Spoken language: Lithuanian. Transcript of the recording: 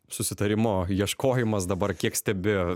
susitarimo ieškojimas dabar kiek stebi